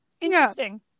interesting